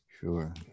sure